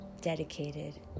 dedicated